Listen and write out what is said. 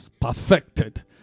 perfected